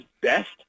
best